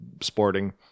sporting